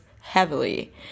heavily